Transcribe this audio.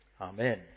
Amen